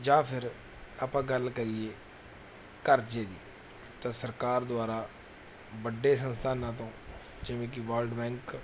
ਜਾਂ ਫਿਰ ਆਪਾਂ ਗੱਲ ਕਰੀਏ ਕਰਜ਼ੇ ਦੀ ਤਾਂ ਸਰਕਾਰ ਦੁਆਰਾ ਵੱਡੇ ਸੰਸਥਾਨਾਂ ਤੋਂ ਜਿਵੇਂ ਕਿ ਵਰਲਡ ਬੈਂਕ